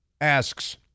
asks